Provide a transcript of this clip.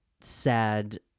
sad